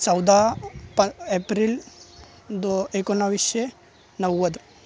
चौदा पा एप्रिल दो एकोणाविसशे नव्वद